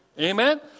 Amen